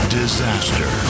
disaster